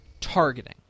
targeting